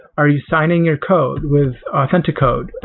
are you signing your code with authentic code,